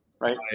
right